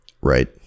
Right